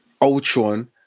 Ultron